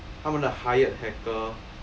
他们的 hired hacker